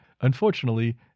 Unfortunately